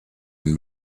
and